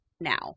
now